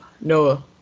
Noah